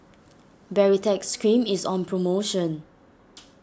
Baritex Cream is on promotion